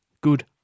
good